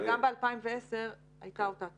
אבל גם ב-2010 הייתה אותה טענה,